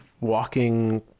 walking